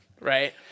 Right